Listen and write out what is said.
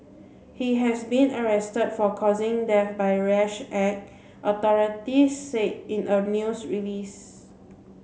he has been arrest for causing death by rash act authorities said in a news release